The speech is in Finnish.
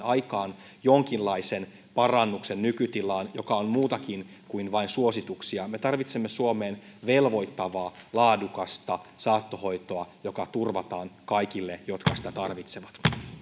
aikaan jonkinlaisen parannuksen nykytilaan parannuksen joka on muutakin kuin vain suosituksia me tarvitsemme suomeen velvoittavaa laadukasta saattohoitoa joka turvataan kaikille jotka sitä tarvitsevat